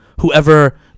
whoever